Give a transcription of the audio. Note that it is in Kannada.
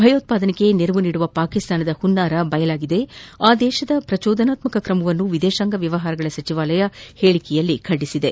ಭಯೋತ್ವಾದನೆಗೆ ನೆರವು ನೀಡುವ ಪಾಕಿಸ್ತಾನದ ಹುನ್ನಾರ ಬಯಲುಗೊಂಡಿದ್ಲು ಆ ದೇಶದ ಪ್ರಚೋದನಾತ್ಸಕ ಕ್ರಮವನ್ನು ವಿದೇಶಾಂಗ ವ್ಲವಹಾರಗಳ ಸಚಿವಾಲಯ ಹೇಳಿಕೆಯಲ್ಲಿ ಖಂಡಿಸಿದೆ